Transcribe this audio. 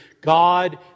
God